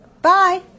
Bye